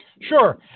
Sure